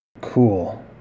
cool